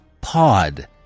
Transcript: pod